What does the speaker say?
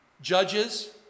Judges